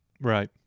Right